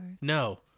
No